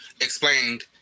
explained